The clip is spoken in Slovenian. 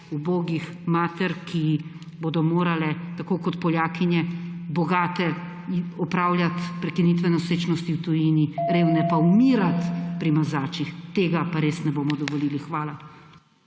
ubogih mater, ki bodo morale, tako kot Poljakinje, bogate opravljati prekinitve nosečnosti v tujini, revne pa umirati pri mazačih. Tega pa res ne bomo dovolili! Hvala.